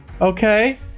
Okay